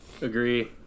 Agree